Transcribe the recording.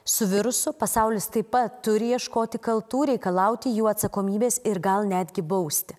su virusu pasaulis taip pat turi ieškoti kaltų reikalauti jų atsakomybės ir gal netgi bausti